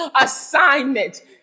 assignment